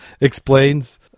explains